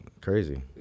crazy